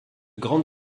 grande